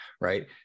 Right